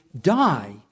die